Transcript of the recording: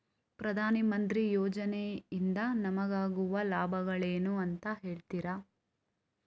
ಪ್ರಧಾನಮಂತ್ರಿ ಯೋಜನೆ ಇಂದ ನಮಗಾಗುವ ಲಾಭಗಳೇನು ಅಂತ ಹೇಳ್ತೀರಾ?